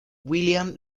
william